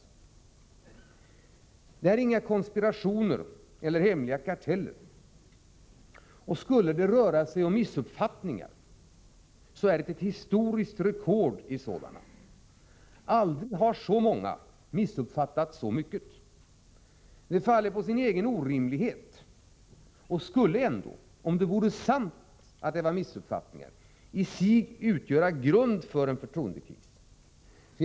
Detta är inga konspirationer eller hemliga karteller. Och skulle det röra sig om missuppfattningar, är det ett historiskt rekord i sådana. Aldrig har så många missuppfattat så mycket. Att det skulle vara missuppfattningar faller på sin egen orimlighet och skulle ändå — om det vore sant — i sig utgöra grund för en förtroendekris.